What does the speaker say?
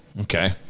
okay